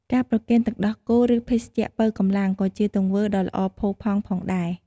ការប្រគេនទឹកដោះគោ ឬភេសជ្ជៈប៉ូវកម្លាំង ក៏ជាទង្វើដ៏ល្អផូរផង់ផងដែរ។